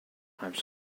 types